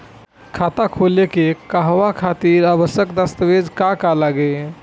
खाता खोले के कहवा खातिर आवश्यक दस्तावेज का का लगी?